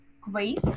Grace